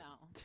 No